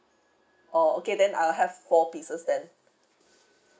orh okay then I'll have four pieces then